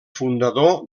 fundador